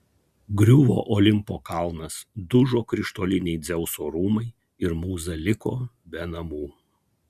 griuvo olimpo kalnas dužo krištoliniai dzeuso rūmai ir mūza liko be namų